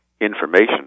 information